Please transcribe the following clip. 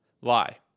Lie